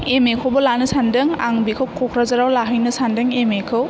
M A खौबो लानो सान्दों आं बिखौ क'क्राझारआव लाहैनो सोन्दों एम ए खौ